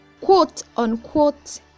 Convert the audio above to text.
quote-unquote